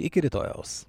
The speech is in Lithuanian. iki rytojaus